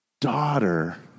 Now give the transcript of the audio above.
daughter